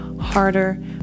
harder